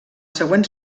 següents